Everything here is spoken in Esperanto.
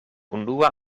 unua